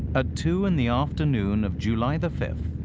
ah two in the afternoon of july the fifth,